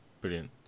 Brilliant